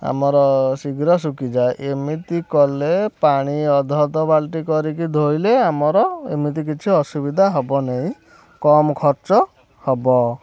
ଆମର ଶୀଘ୍ର ଶୁଖିଯାଏ ଏମିତି କଲେ ପାଣି ଅଧ ଅଧ ବାଲ୍ଟି କରିକି ଧୋଇଲେ ଆମର ଏମିତି କିଛି ଅସୁବିଧା ହେବନାଇଁ କମ୍ ଖର୍ଚ୍ଚ ହେବ